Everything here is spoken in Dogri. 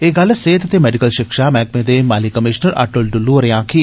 एह गल्ल सेहत ते मेडिकल शिक्षा मैहकमे दे माली कमीशनर अटल डुल्लू होरे आक्खी